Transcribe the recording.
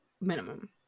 minimum